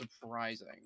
surprising